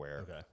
okay